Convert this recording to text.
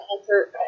answer